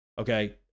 Okay